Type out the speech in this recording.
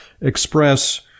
express